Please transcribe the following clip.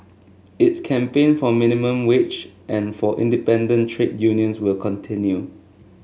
its campaign for minimum wage and for independent trade unions will continue